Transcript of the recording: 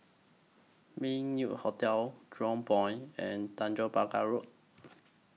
Meng Yew Hotel Jurong Point and Tanjong Pagar Road